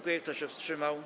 Kto się wstrzymał?